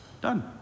Done